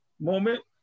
moment